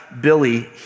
Billy